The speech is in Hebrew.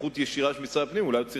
בסמכות ישירה של משרד הפנים, אולי צריך